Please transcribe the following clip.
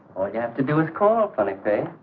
you have to do it cause and and